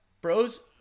Bros